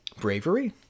bravery